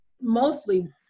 Mostly